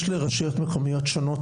יש לרשויות מקומיות שונות,